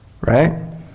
Right